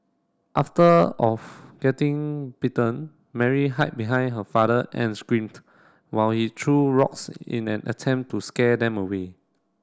after of getting bitten Mary hide behind her father and screamed while he threw rocks in an attempt to scare them away